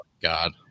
god